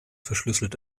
verschlüsselt